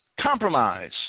compromise